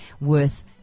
worth